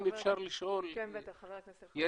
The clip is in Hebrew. אם אפשר לשאול, יריב,